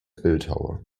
bildhauer